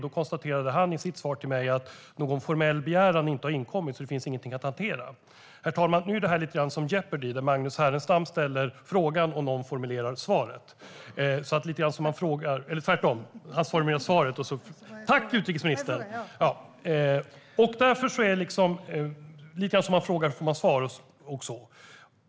I sitt svar till mig konstaterade han att någon formell begäran inte har inkommit, så det finns inget att hantera. Herr talman! Det är lite som i Jeopardy , där Magnus Härenstam formulerade svaret och de tävlande ställde frågan - alltså lite som man frågar får man svar.